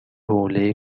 حوله